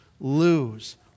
lose